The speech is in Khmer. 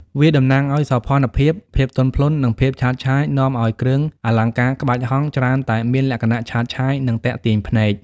វាតំណាងឱ្យ សោភ័ណភាព ភាពទន់ភ្លន់ និង ភាពឆើតឆាយនាំឲ្យ គ្រឿងអលង្ការក្បាច់ហង្សច្រើនតែមានលក្ខណៈឆើតឆាយ និងទាក់ទាញភ្នែក។